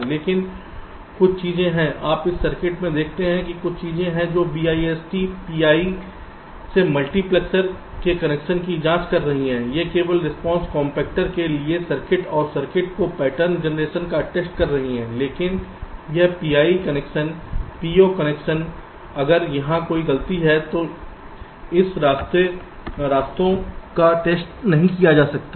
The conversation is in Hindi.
लेकिन कुछ चीजें हैं आप इस सर्किट में देखते हैं कि कुछ चीजें हैं जो BIST PI से मल्टीप्लेक्सर के कनेक्शन की जांच नहीं कर रही हैं यह केवल रिस्पांस कंपैक्टर के लिए सर्किट और सर्किट को पैटर्न जेनरेशन का टेस्ट कर रही है लेकिन यह PI कनेक्शन PO कनेक्शन अगर यहां कोई गलती है तो इस रास्तों का टेस्ट नहीं किया जाता है